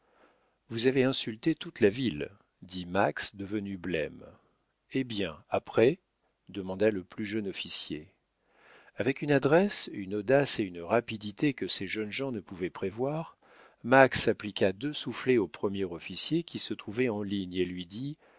vous avez insulté toute la ville dit max devenu blême eh bien après demanda le plus jeune officier avec une adresse une audace et une rapidité que ces jeunes gens ne pouvaient prévoir max appliqua deux soufflets au premier officier qui se trouvait en ligne et lui dit